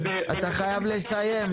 אתה חייב לסיים.